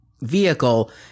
vehicle